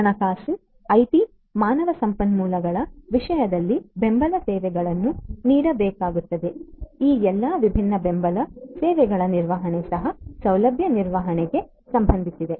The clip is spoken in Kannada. ಹಣಕಾಸು ಐಟಿ ಮಾನವ ಸಂಪನ್ಮೂಲಗಳ ವಿಷಯದಲ್ಲಿ ಬೆಂಬಲ ಸೇವೆಗಳನ್ನು ನೀಡಬೇಕಾಗುತ್ತದೆ ಈ ಎಲ್ಲಾ ವಿಭಿನ್ನ ಬೆಂಬಲ ಸೇವೆಗಳ ನಿರ್ವಹಣೆ ಸಹ ಸೌಲಭ್ಯ ನಿರ್ವಹಣೆಗೆ ಸಂಬಂಧಿಸಿದೆ